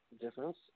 difference